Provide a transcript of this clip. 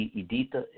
edita